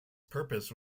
purpose